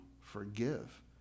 Forgive